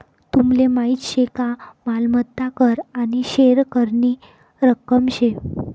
तुमले माहीत शे का मालमत्ता कर आने थेर करनी रक्कम शे